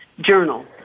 journal